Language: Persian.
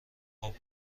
خوب